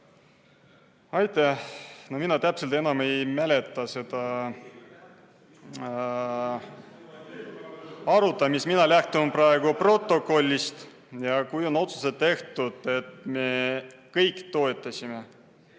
Aitäh! No mina täpselt enam ei mäleta seda arutamist. Mina lähtun praegu protokollist ja kui on tehtud otsused, et me kõik toetame